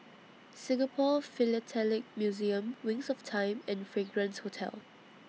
Singapore Philatelic Museum Wings of Time and Fragrance Hotel